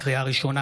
לקריאה ראשונה,